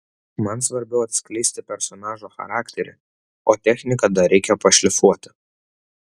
man svarbiau atskleisti personažo charakterį o techniką dar reikia pašlifuoti